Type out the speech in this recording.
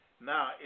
Now